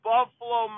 Buffalo